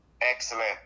Excellent